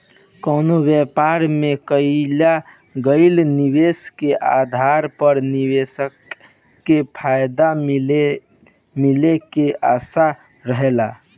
कवनो व्यापार में कईल गईल निवेश के आधार पर निवेशक के फायदा मिले के आशा रहेला